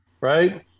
right